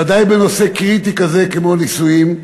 בוודאי בנושא קריטי כזה כמו נישואין,